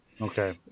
okay